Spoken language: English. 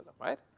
right